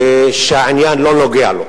שהעניין לא נוגע לו.